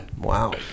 Wow